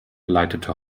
leitete